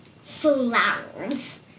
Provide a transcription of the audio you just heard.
Flowers